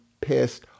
pissed